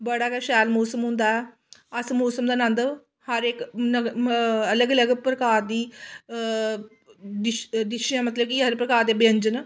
बड़ा गै शैल मोसम होंदा ऐ अस मोसम दा नंद हर इक अलग अलग प्रकार दी डिश डिश मतलब कि हर प्रकार दे व्यंजन